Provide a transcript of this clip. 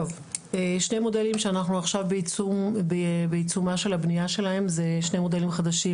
שני מודלים שאנחנו עכשיו בעיצומה של הבנייה שלהם זה שני מודלים חדשים,